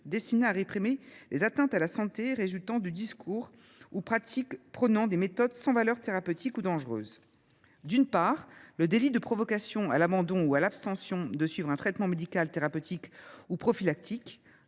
destinées à réprimer les atteintes à la santé résultant de discours ou de pratiques prônant des méthodes sans valeur thérapeutique ou dangereuses. Il s’agissait, d’une part, du délit de provocation à l’abandon ou à l’abstention de suivre un traitement médical thérapeutique ou prophylactique